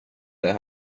det